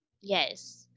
Yes